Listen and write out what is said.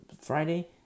Friday